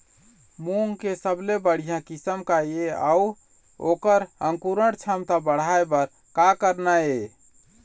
मूंग के सबले बढ़िया किस्म का ये अऊ ओकर अंकुरण क्षमता बढ़ाये बर का करना ये?